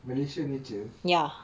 malaysia nature